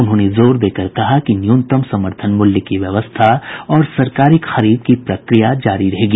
उन्होंने जोर देकर कहा कि न्यूनतम समर्थन मूल्य की व्यवस्था और सरकारी खरीद जारी रहेगी